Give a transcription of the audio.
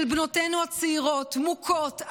של בנותינו הצעירות מוכות,